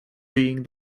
being